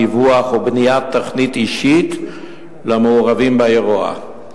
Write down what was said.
דיווח ובניית תוכנית אישית למעורבים באירוע,